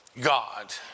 God